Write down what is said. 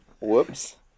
whoops